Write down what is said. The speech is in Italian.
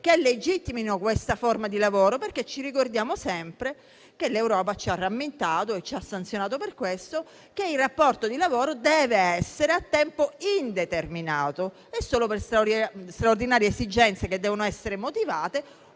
che legittimino questa forma di lavoro. Ricordiamo sempre, perché l'Europa ce lo ha rammentato e ci ha sanzionato per questo, che il rapporto di lavoro deve essere a tempo indeterminato e che solo per straordinarie esigenze, che devono essere motivate,